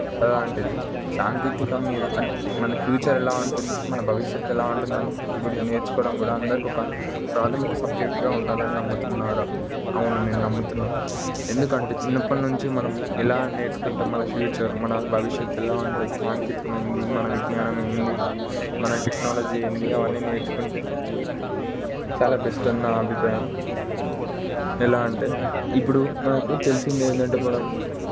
ఎలాంటిది సాంకేతికం మీద అంటే మన ఫ్యూచర్ ఎలా ఉంటుంది మన భవిష్యత్తు ఎలా ఉంటుంది అని గుడి నేర్చుకోవడం గుడా అందరికి ఒక ప్రాథమిక సబ్జెక్టుగా ఉండాలని నమ్ముతున్నారా అవును నేను నమ్ముతున్నా ఎందుకంటే చిన్నప్పటినుంచి మనం ఎలా నేర్చుకుంటాం మన ఫ్యూచర్ మన భవిష్యత్తు ఎలా ఉంటది సాంకేతికమైనది మన విజ్ఞానం ఏంటి మన టెక్నాలజీ ఏంటి అవన్నీ నేర్చుకుంటే చాలా బెస్ట్ అని నా అభిప్రాయం ఎలా అంటే ఇప్పుడు మనకు తెలిసిందే ఏంటంటే పొడవు